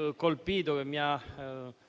hanno colpito e mi sono